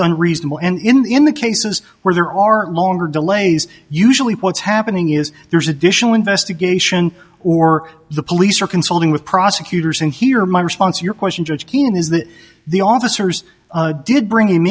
unreasonable and in the cases where there aren't longer delays usually what's happening is there's additional investigation or the police are consulting with prosecutors and here my response to your question judge keenan is that the officers did bring him